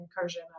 incursion